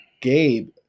Gabe